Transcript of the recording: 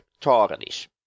tarnish